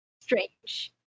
strange